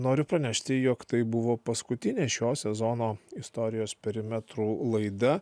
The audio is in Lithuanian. noriu pranešti jog tai buvo paskutinė šio sezono istorijos perimetrų laida